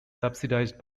subsidized